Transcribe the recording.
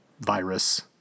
Virus